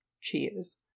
Cheers